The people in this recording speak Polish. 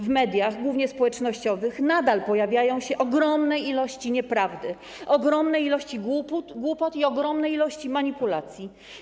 W mediach, głównie społecznościowych, nadal pojawiają się ogromne ilości nieprawdy, ogromne ilości głupot i ogromne ilości manipulacji.